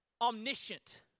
omniscient